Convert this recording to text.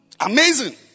Amazing